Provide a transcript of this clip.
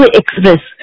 express